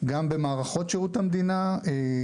רק נגדיר כפי שמוגדרים בחוק שירות המדינה מינויים